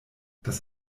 das